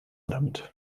damit